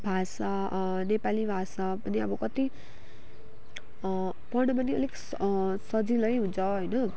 भाषा नेपाली भाषा पनि अब कति पढ्नु पनि अलिक सजिलै हुन्छ होइन